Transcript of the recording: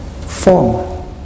Form